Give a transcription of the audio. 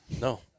No